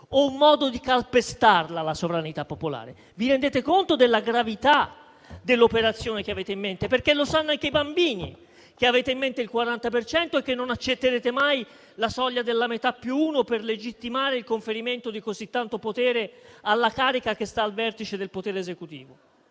o un modo di calpestare la sovranità popolare? Vi rendete conto della gravità dell'operazione che avete in mente? Lo sanno anche i bambini che avete in mente il 40 per cento e che non accetterete mai la soglia della metà più uno per legittimare il conferimento di così tanto potere alla carica che sta al vertice del potere esecutivo.